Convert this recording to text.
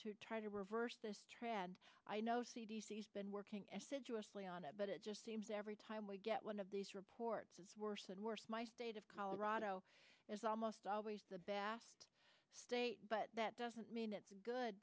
to try to reverse this trend i know c d c has been working assiduously on it but it just seems every time we get one of these reports is worse and worse my state of colorado is almost always the best state but that doesn't mean it's good